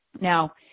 Now